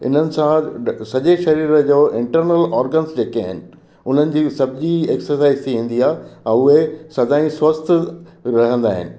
इन्हनि सां सॼे शरीर जो इंटरनल ऑर्गंस जेके आहिनि उन्हनि जी बि सभु जी एक्सरसाइज़ थी वेंदी आहे ऐं उहे सदा ई स्वस्थ्यु रहंदा आहिनि